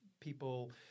People